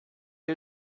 you